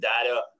data